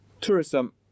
tourism